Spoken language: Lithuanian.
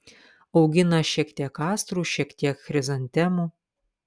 augina šiek tiek astrų šiek tiek chrizantemų